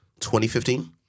2015